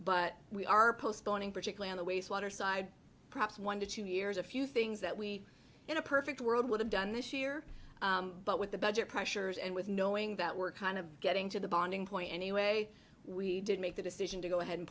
but we are postponing particularly on the wastewater side perhaps one to two years a few things that we in a perfect world would have done this year but with the budget pressures and with knowing that we're kind of getting to the bonding point anyway we did make the decision to go ahead and